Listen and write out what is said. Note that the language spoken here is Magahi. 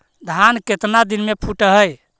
धान केतना दिन में फुट है?